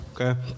Okay